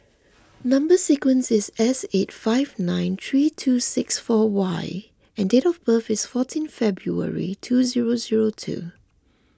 Number Sequence is S eight five nine three two six four Y and date of birth is fourteen February two zero zero two